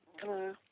Hello